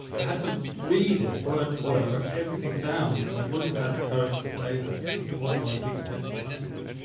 i had to read it word for word, i wrote everything down because i wouldn't of had the courage to say that if it wasn't on a piece of paper in front of me.